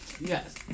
Yes